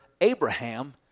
Abraham